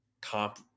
comp